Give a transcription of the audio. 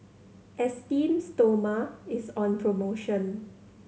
Esteem Stoma is on promotion